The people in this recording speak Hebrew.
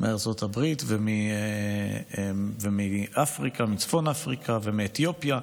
מארצות הברית ומאפריקה, מצפון אפריקה, מאתיופיה,